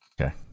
Okay